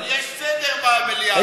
אבל יש סדר במליאה הזאת,